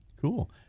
Cool